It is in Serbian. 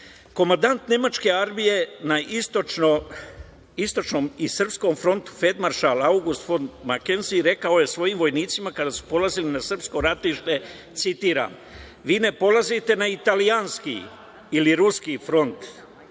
sto. Komandant nemačke armije na istočnom i srpskom frontu, feldmaršal August fon Makenzen, rekao je svojim vojnicima kada su polazili na srpsko ratište, citiram: „Vi ne polazite na italijanski ili ruski front,